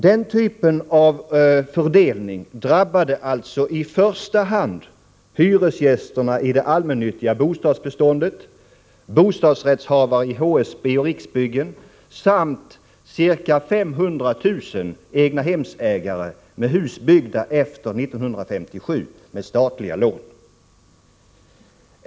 Denna typ av fördelning drabbade alltså i första hand hyresgästerna i det allmännyttiga bostadsbeståndet, bostadsrättshavare i HSB och Riksbyggen samt ca 500 000 egnahemsägare med hus byggda efter 1957 med statliga lån.